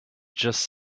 just